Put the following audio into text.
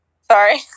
Sorry